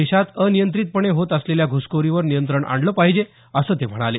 देशात अनियंत्रितपणे होत असलेल्या घुसखोरीवर नियंत्रण आणले पाहिजे असं ते म्हणाले